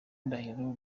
ndahiro